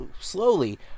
slowly